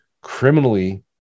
criminally